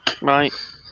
Right